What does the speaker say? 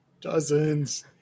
Dozens